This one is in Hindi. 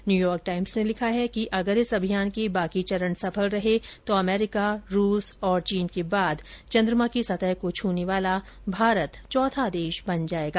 न्यूयार्क टाइम्स ने लिखा है कि अगर इस अभियान के बाकी चरण सफल रहे तो अमरीका रूस और चीन के बाद चंद्रमा की सतह को छूने वाला भारत चौथा देश बन जाएगा